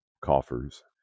coffers